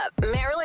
Marilyn